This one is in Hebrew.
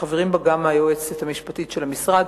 שחברים בה גם היועצת המשפטית של המשרד,